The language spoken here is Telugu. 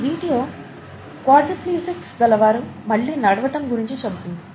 ఈ వీడియో క్వాడ్రీప్లీజిక్స్ గలవారు మళ్ళీ నడవటం గురించి చెబుతుంది